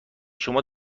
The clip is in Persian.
شما